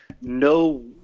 no